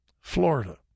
Florida